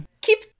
Keep